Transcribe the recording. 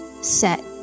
set